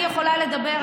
אני יכולה לדבר.